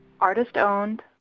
Artist-owned